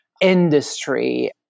industry